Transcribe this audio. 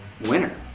winner